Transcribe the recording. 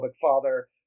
father